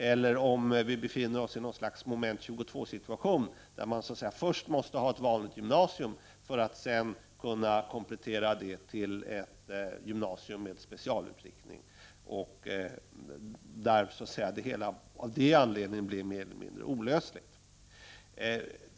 Eller befinner vi oss i något slags Moment 22-situation, där man först måste ha ett vanligt gymnasium för att sedan kunna komplettera det till ett gymnasium med specialinriktning, då frågan av den anledningen blir mer eller mindre olöslig?